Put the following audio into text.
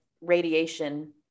radiation